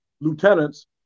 lieutenants